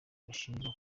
bashinjwa